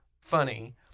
funny